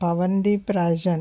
Pawan Deep Rajan